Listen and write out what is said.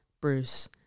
Bruce